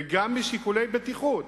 וגם משיקולי בטיחות: